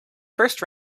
first